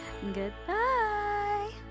Goodbye